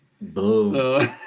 boom